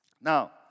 Now